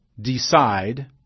decide